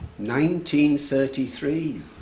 1933